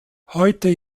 heute